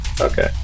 Okay